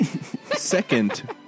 Second